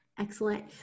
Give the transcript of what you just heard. Excellent